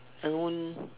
I won't